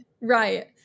Right